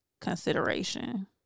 consideration